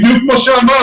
בדיוק כמו שאמרת.